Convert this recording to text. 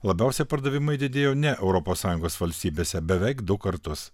labiausiai pardavimai didėjo ne europos sąjungos valstybėse beveik du kartus